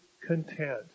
content